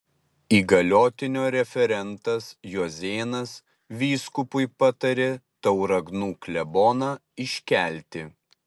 įgaliotinio referentas juozėnas vyskupui patarė tauragnų kleboną iškelti